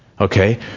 Okay